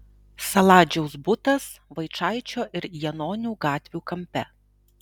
saladžiaus butas vaičaičio ir janonių gatvių kampe